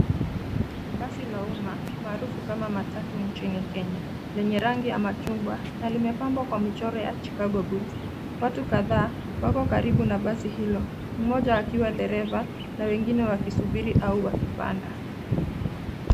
Basi la umma, maarufu kama matatu nchini Kenya lenye rangi ya machunga na limepambwa kwa michoro ya CHICAGO BULLS . Watu kadhaa wako karibu na basi hilo, mmoja akiwa dereva na wengine wakisubiri au wakipanda.